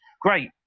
great